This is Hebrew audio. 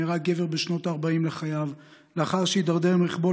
נהרג גבר בשנות ה-40 לחייו לאחר שהידרדר עם רכבו